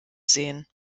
sehen